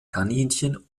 kaninchen